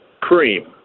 cream